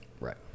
Right